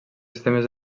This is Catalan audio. sistemes